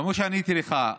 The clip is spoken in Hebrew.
כמו שעניתי לך,